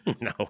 No